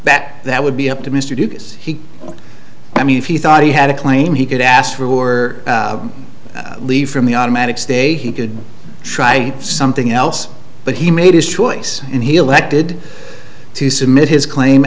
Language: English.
that that would be up to mr duke is he i mean if he thought he had a claim he could ask your leave from the automatic stay he could try something else but he made his choice and he'll acted to submit his claim